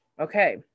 Okay